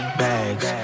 bags